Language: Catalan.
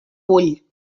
vull